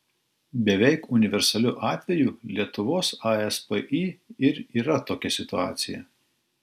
beveik universaliu atveju lietuvos aspį ir yra tokia situacija